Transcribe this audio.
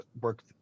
work